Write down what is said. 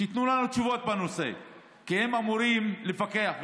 שייתנו לנו תשובות בנושא, כי הם אמורים לפקח.